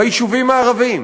ביישובים הערביים.